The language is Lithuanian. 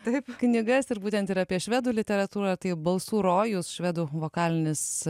taip knygas ir būtent ir apie švedų literatūrą tai balsų rojus švedų vokalinis